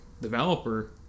developer